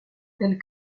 tels